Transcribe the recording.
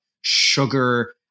Sugar